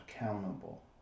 accountable